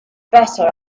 better